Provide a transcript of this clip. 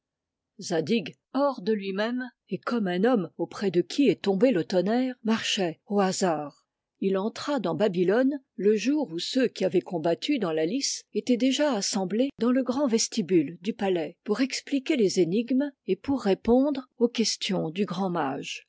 hors de lui-même et comme un homme auprès de qui est tombé le tonnerre marchait au hasard il entra dans babylone le jour où ceux qui avaient combattu dans la lice étaient déjà assemblés dans le grand vestibule du palais pour expliquer les énigmes et pour répondre aux questions du grand mage